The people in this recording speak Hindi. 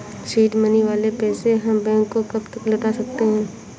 सीड मनी वाले पैसे हम बैंक को कब तक लौटा सकते हैं?